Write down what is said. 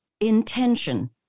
intention